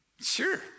Sure